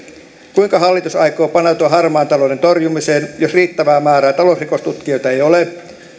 kuinka hallitus aikoo paneutua harmaan talouden torjumiseen jos riittävää määrää talousrikostutkijoita ei ole